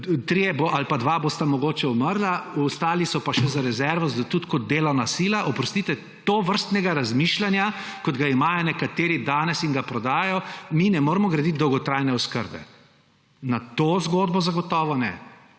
trije ali pa dva bosta mogoče umrla, ostali so pa še za rezervo tudi kot delovna sila. Oprostite, na tovrstnem razmišljanju, kot ga imajo nekateri danes in ga prodajajo, mi ne moremo graditi dolgotrajne oskrbe, na to zgodbo zagotovo ne.